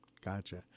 gotcha